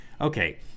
okay